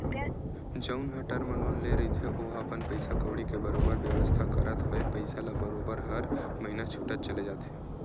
जउन ह term loan ले रहिथे ओहा अपन पइसा कउड़ी के बरोबर बेवस्था करत होय पइसा ल बरोबर हर महिना छूटत चले जाथे